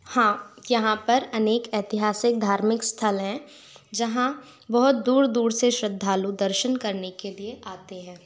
हाँ यहाँ पर अनेक ऐतिहासिक धार्मिक स्थल हैं जहाँ बहुत दूर दूर से श्रद्धालु दर्शन करने के लिए आते हैं